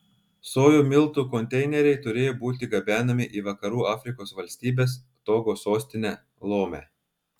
sojų miltų konteineriai turėjo būti gabenami į vakarų afrikos valstybės togo sostinę lomę